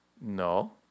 No